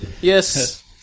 Yes